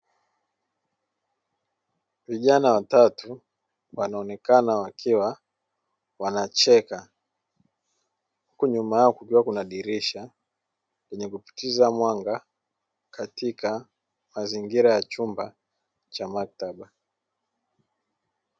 Vijana watatu wanaonekana wakiwa wanacheka. Huku nyuma yao kukiwa kuna dirisha lenye kupitiza mwanga katika mazingira ya chumba cha maktaba.